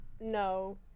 No